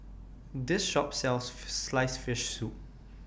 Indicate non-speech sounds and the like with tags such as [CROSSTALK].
This Shop sells [UNINTELLIGIBLE] Sliced Fish Soup